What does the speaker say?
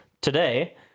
Today